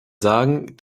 sagen